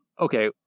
Okay